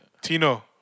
Tino